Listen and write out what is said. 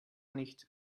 nicht